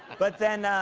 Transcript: but then,